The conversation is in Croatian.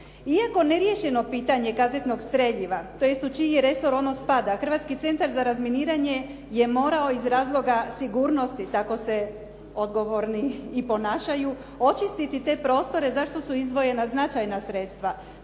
Iako neriješeno pitanje kazetnog streljiva, tj. u čiji resor on spada, Hrvatski centar za razminiranje je morao iz razloga sigurnosti, tako se odgovorni i ponašaju, očistiti te prostore zašto su izdvojena značajna sredstva.